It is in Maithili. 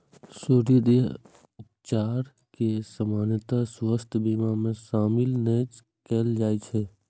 सौंद्रर्य उपचार कें सामान्यतः स्वास्थ्य बीमा मे शामिल नै कैल जाइ छै